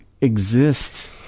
exist